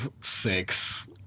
six